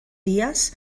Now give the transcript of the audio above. dies